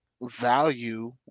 value